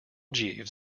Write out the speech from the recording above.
jeeves